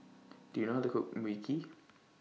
Do YOU know How to Cook Mui Kee